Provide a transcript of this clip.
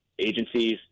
agencies